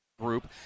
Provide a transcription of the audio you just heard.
group